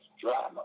drama